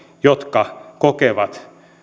jotka kokevat